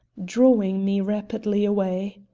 drawing me rapidly away.